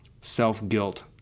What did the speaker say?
self-guilt